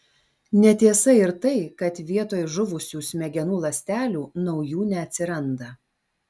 netiesa ir tai kad vietoj žuvusių smegenų ląstelių naujų neatsiranda